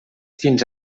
fins